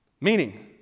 Meaning